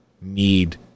need